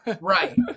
Right